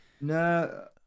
No